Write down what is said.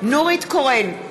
נורית קורן,